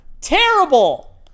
Terrible